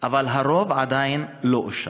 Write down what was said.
אבל הרוב עדיין לא אושר.